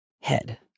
head